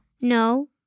No